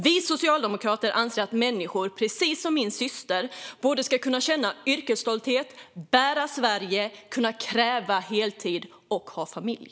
Vi socialdemokrater anser att människor, precis som min syster, både ska kunna känna yrkesstolthet, bära Sverige, kräva heltid och ha familj!